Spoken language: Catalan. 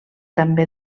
també